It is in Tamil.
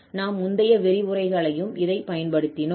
நாம் முந்தைய விரிவுரைகளிலும் இதைப் பயன்படுத்தினோம்